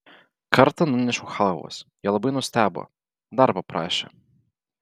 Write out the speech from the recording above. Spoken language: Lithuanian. kartą nunešiau chalvos jie labai nustebo dar paprašė